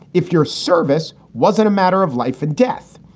if your service wasn't a matter of life and death,